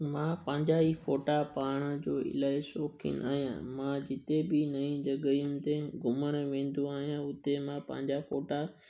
मां पंहिंजा ई फ़ोटा पाण जो इलाही शौंक़ीनु आहियां मां जिते बि नई जॻहियुनि ते घुमण वेंदो आहियां उते मां पंहिंजा फ़ोटा